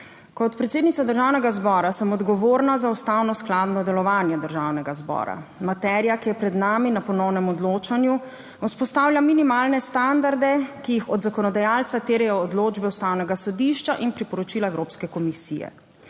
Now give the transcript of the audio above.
Kot predsednica Državnega zbora sem odgovorna za ustavno skladno delovanje Državnega zbora. Materija, ki je pred nami na ponovnem odločanju vzpostavlja minimalne standarde, ki jih od zakonodajalca terjajo odločbe Ustavnega sodišča in priporočila Evropske komisije.